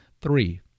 Three